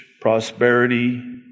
prosperity